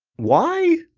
why?